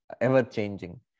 ever-changing